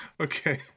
Okay